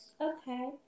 Okay